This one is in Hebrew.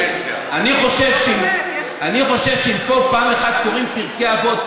אני חושב שאם פעם אחת קוראים פרקי אבות,